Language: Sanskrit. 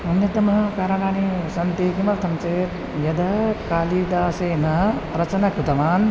अन्यतमानि कारणानि सन्ति किमर्थं चेत् यदा कालिदासः रचनं कृतवान्